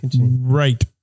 Right